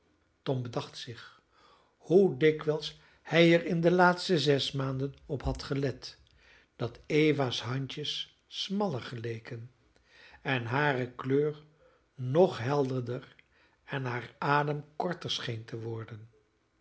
tom bedacht zich hoe dikwijls hij er in de laatste zes maanden op had gelet dat eva's handjes smaller geleken en hare kleur nog helderder en haar adem korter scheen te worden